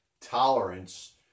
tolerance